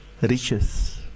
riches